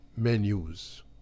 menus